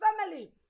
family